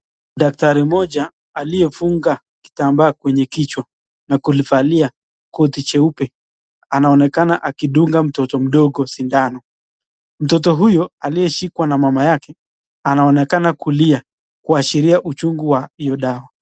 Daktari aliyefunga kitambaa kwenye kichwa na kuvalia koti jeupe, anaonekana akidunga mtoto mdogo kwa sindano, mtoto huyu aliyeshikwa na mama yake, anaonekana kulia kuashiria uchungu wa hiyo dawa.